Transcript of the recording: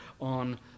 on